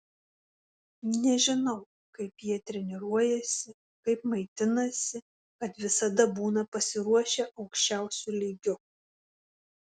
nežinau kaip jie treniruojasi kaip maitinasi kad visada būna pasiruošę aukščiausiu lygiu